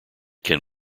can